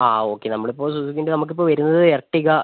ആ ഓക്കെ നമ്മൾ ഇപ്പോൾ സുസുക്കിൻ്റെ നമുക്ക് ഇപ്പോൾ വരുന്നത് എർട്ടിഗ